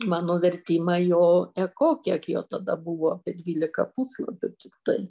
mano vertimą jo eko kiek jo tada buvo apie dvylika puslapių tiktai